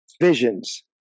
visions